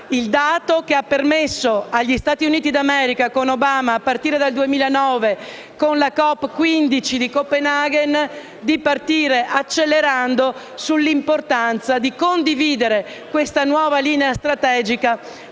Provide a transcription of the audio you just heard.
Ciò ha permesso agli Stati Uniti d'America, con Obama, di partire, già dal 2009 con la COP15 di Copenaghen, accelerando sull'importanza di condividere questa nuova linea strategica